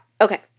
Okay